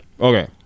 Okay